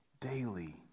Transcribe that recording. daily